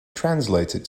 translated